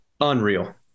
Unreal